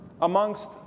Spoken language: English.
amongst